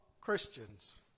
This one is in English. Christians